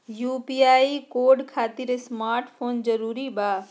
UPI code खातिर smart mobile जरूरी बा?